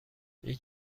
این